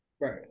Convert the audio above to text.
right